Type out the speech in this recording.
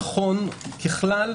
נכון ככלל,